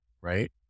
right